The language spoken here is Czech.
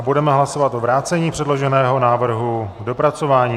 Budeme hlasovat o vrácení předloženého návrhu k dopracování.